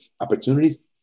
opportunities